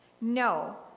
No